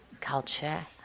culture